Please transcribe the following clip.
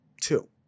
two